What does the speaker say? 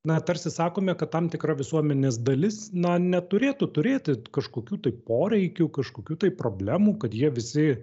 na tars sakome kad tam tikra visuomenės dalis na neturėtų turėti kažkokių tai poreikių kažkokių tai problemų kad jie visi